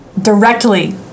directly